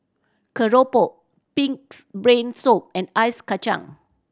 keropok Pig's Brain Soup and ice kacang